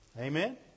Amen